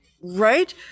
right